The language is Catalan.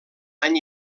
any